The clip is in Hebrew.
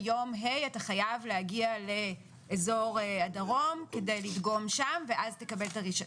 ביום ה' אתה חייב להגיע לאזור הדרום כדי לדגום שם ואז תקבל את הרישיון.